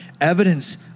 evidence